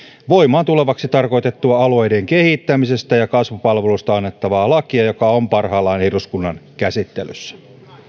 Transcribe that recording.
voimaan tulevaksi tarkoitettua alueiden kehittämisestä ja kasvupalveluista annettavaa lakia joka on parhaillaan eduskunnan käsittelyssä